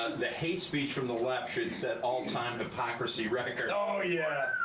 the hate speech from the left should set all time hypocrisy records. oh yeah.